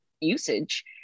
usage